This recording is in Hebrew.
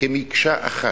כמקשה אחת.